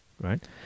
right